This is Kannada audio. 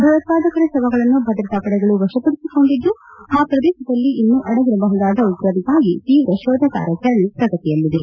ಭಯೋತ್ವಾದಕರ ಶವಗಳನ್ನು ಭದ್ರತಾ ಪಡೆಗಳು ವಶಪಡಿಸಿಕೊಂಡಿದ್ದು ಆ ಪ್ರದೇಶದಲ್ಲಿ ಇನ್ನೂ ಅಡಗಿರಬಹುದಾದ ಉಗ್ರರಿಗಾಗಿ ತೀವ್ರ ಶೋಧ ಕಾರ್ಯಾಚರಣೆ ಪ್ರಗತಿಯಲ್ಲಿದೆ